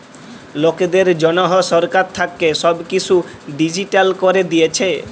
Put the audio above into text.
লকদের জনহ সরকার থাক্যে সব কিসু ডিজিটাল ক্যরে দিয়েসে